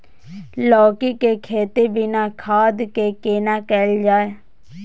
लौकी के खेती बिना खाद के केना कैल जाय?